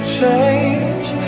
change